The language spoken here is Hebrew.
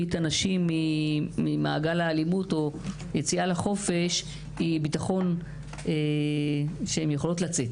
את אותן נשים ממעגל האלימות לחופש זה ביטחון שהן יכולות לצאת